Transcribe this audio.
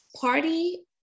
party